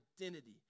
identity